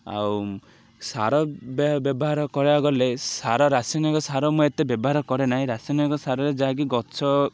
ଆଉ ସାର ବ୍ୟବହାର କରିବାକୁ ଗଲେ ସାର ରାସାୟନିକ ସାର ମୁଁ ଏତେ ବ୍ୟବହାର କରେ ନାହିଁ ରାସାୟନିକ ସାରରେ ଯାହାକି ଗଛ